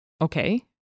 Okay